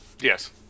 Yes